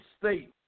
state